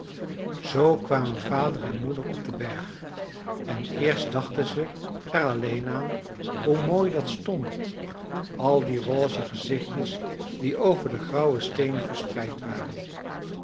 zoo kwamen vader en moeder op den berg en eerst dachten ze er alleen aan hoe mooi dat stond al die rose gezichtjes die over de grauwe steenen verspreid waren